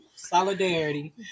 Solidarity